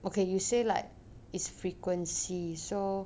okay you say like its frequency so